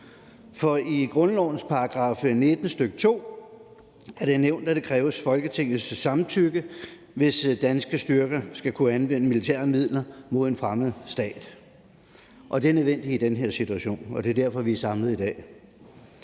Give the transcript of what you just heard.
For i grundlovens § 19, stk. 2, er det nævnt, at det kræver Folketingets samtykke, hvis danske styrker skal kunne anvende militære midler mod en fremmed stat. Det er nødvendigt i den her situation, og det er derfor, vi er samlet i dag.